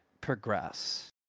progress